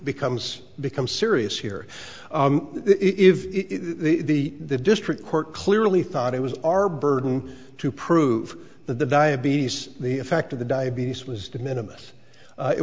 becomes becomes serious here if the the district court clearly thought it was our burden to prove that the diabetes the effect of the diabetes was de minimus it